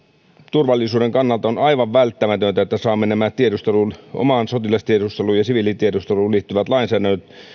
turvallisuuden kannalta on aivan välttämätöntä että saamme omaan sotilastiedusteluun ja siviilitiedusteluun liittyvän lainsäädännön